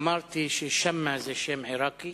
אמרתי ששאמה זה שם עירקי